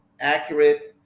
accurate